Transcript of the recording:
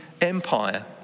empire